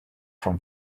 from